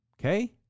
okay